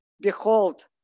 behold